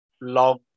long